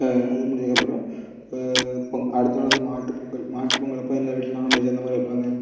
அது முடிஞ்சதுக்கப்பறம் பொங் அடுத்த நாள் வந்து மாட்டுப்பொங்கல் மாட்டுப்பொங்கல் அப்போ எல்லா வீட்லயும் நாண்வெஜ் அந்த மாதிரி வைப்பாங்க